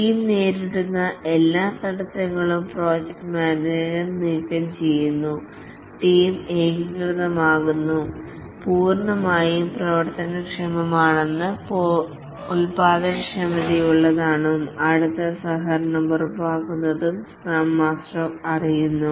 team നേരിടുന്ന എല്ലാ തടസ്സങ്ങളും പ്രോജക്ട് മാനേജർ നീക്കംചെയ്യുന്നു ടീം ഏകീകൃതമാണെന്നും പൂർണ്ണമായും പ്രവർത്തനക്ഷമമാണെന്നും ഉൽപാദനക്ഷമതയുള്ളതാണെന്നും അടുത്ത സഹകരണം ഉറപ്പാക്കുന്നുവെന്നും സ്ക്രം മാസ്റ്റർ പറയുന്നു